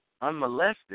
unmolested